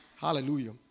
Hallelujah